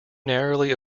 narrowly